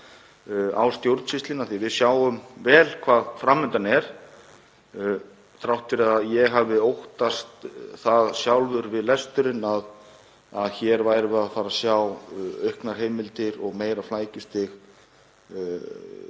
á stjórnsýslunni því við sjáum vel hvað fram undan er, þrátt fyrir að ég hafi óttast það sjálfur við lesturinn að hér værum við að fara að sjá auknar heimildir og meira flækjustig